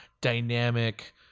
dynamic